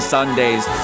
Sundays